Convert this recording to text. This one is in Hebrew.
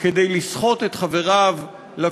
אנחנו לא כאלה חכמים כמו